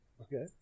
Okay